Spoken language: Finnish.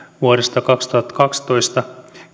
vuodesta kaksituhattakaksitoista